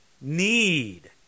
need